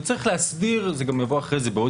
וצריך להסדיר וזה יבוא אחרי זה בעוד